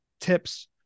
tips